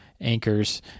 anchors